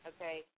okay